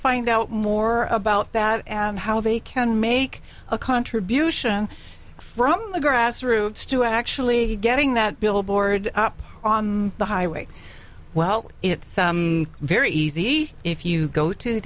find out more about that and how they can make a contribution from the grassroots to actually getting that billboard up on the highway well it's very easy if you go to